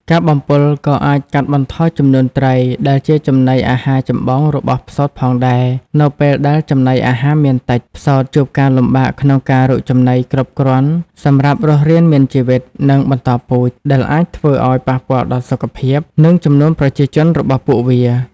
ការបំពុលក៏អាចកាត់បន្ថយចំនួនត្រី ដែលជាចំណីអាហារចម្បងរបស់ផ្សោតផងដែរ នៅពេលដែលចំណីអាហារមានតិច ផ្សោតជួបការលំបាកក្នុងការរកចំណីគ្រប់គ្រាន់សម្រាប់រស់រានមានជីវិត និងបន្តពូជ ដែលអាចនាំឱ្យប៉ះពាល់ដល់សុខភាព និងចំនួនប្រជាជនរបស់ពួកវា។។